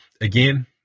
again